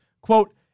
Quote